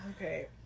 Okay